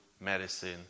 medicine